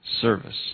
service